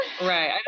Right